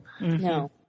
No